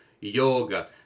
yoga